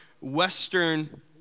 Western